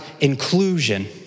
inclusion